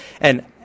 and-